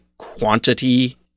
Quantity